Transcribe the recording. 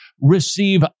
receive